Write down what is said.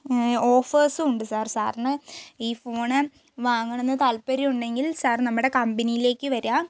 ഓഫേർസും ഉണ്ട് സർ സാറിന് ഈ ഫോണ് വാങ്ങണം എന്ന് താല്പര്യം ഉണ്ടെങ്കിൽ സർ നമ്മുടെ കമ്പനിയിലേക്ക് വരുക